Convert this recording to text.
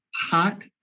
Hot